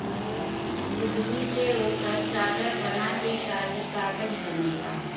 लुगदी से ओकर चादर बना के कागज बनेला